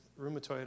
rheumatoid